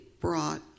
brought